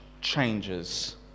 changes